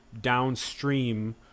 downstream